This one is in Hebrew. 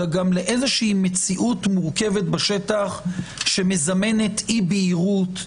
אלא גם לאיזו שהיא מציאות מורכבת בשטח שמזמנת אי בהירות,